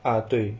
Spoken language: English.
ah 对